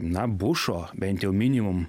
na bušo bent jau minimum